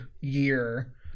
year